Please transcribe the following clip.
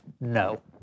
no